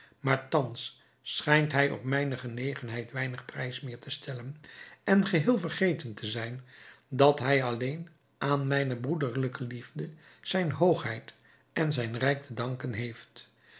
maar thans schijnt hij op mijne genegenheid weinig prijs meer te stellen en geheel vergeten te zijn dat hij alleen aan mijne broederlijke liefde zijne hoogheid en zijn rijk te danken heeft